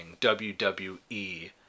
WWE